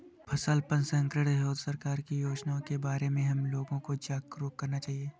फसल प्रसंस्करण हेतु सरकार की योजनाओं के बारे में हमें लोगों को जागरूक करना चाहिए